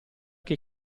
che